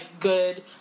good